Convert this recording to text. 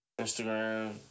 Instagram